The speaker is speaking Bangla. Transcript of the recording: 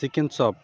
chicken chop